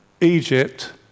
Egypt